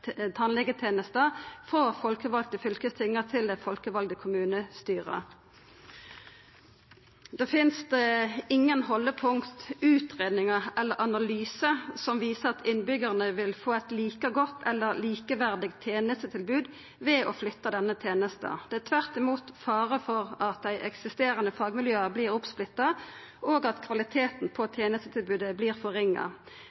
flytta tannhelsetenesta frå dei folkevalde fylkestinga til dei folkevalde kommunestyra. Det finst ingen haldepunkt, utgreiingar eller analyser som viser at innbyggjarane vil få eit like godt eller likeverdig tenestetilbod ved å flytta denne tenesta. Det er tvert imot fare for at dei eksisterande fagmiljøa vert oppsplitta, og at kvaliteten på